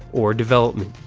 or development,